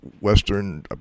western